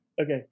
Okay